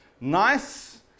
nice